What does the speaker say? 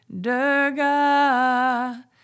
Durga